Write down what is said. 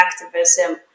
activism